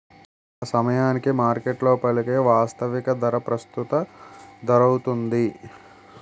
ఆసమయానికి మార్కెట్లో పలికే వాస్తవిక ధర ప్రస్తుత ధరౌతుంది